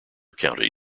county